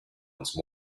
once